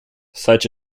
such